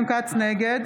נגד